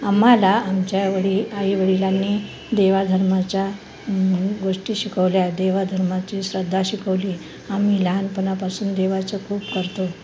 आम्हाला आमच्या वडी आईवडिलांनी देवाधर्माच्या गोष्टी शिकवल्या देवाधर्माची श्रद्धा शिकवली आम्ही लहानपणापासून देवाचं खूप करतो